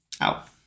Out